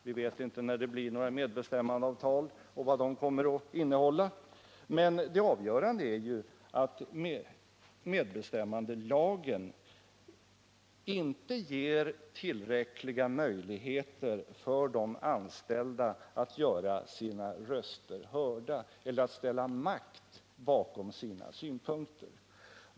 Vi vet inte när det blir några medbestämmandeavtal och vad de kommer att innehålla, men det avgörande är ju att medbestämmandelagen inte ger tillräckliga möjligheter för de anställda att göra sina röster hörde eller att ställa makt bakom sina synpunkter.